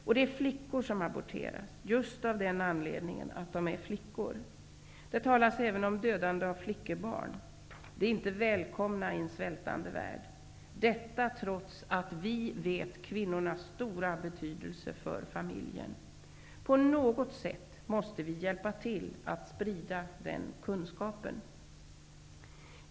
Och det är flickor som aborteras, just av den anledningen att de är flickor. Det talas även om dödande av flickebarn. De är inte välkomna i en svältande värld, detta trots att vi vet kvinnornas stora betydelse för familjen. På något sätt måste vi hjälpa till att sprida den kunskapen.